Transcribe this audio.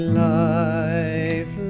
life